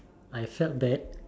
I felt bad